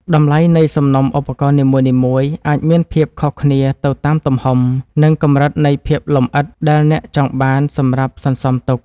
តម្លៃនៃសំណុំឧបករណ៍នីមួយៗអាចមានភាពខុសគ្នាទៅតាមទំហំ និងកម្រិតនៃភាពលម្អិតដែលអ្នកចង់បានសម្រាប់សន្សំទុក។